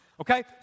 Okay